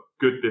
good